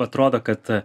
atrodo kad